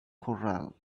corral